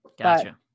Gotcha